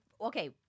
Okay